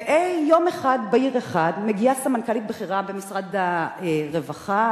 ביום בהיר אחר מגיעה סמנכ"לית בכירה במשרד הרווחה,